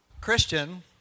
Christian